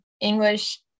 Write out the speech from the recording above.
English